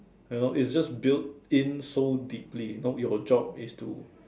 you know it's just built in so deeply know your job is to